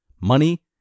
money